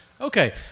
Okay